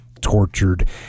tortured